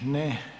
Ne.